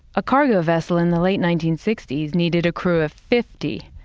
a cargo vessel in the late nineteen sixty s needed a crew of fifty.